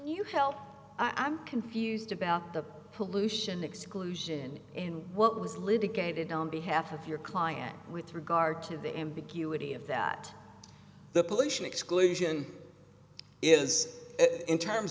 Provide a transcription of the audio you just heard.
help i'm confused about the pollution exclusion and what was litigated on behalf of your client with regard to the ambiguity of that the pollution exclusion is in terms